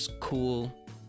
cool